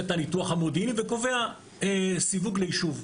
את הניתוח המודיעיני וקובע סיווג ליישוב.